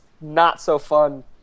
not-so-fun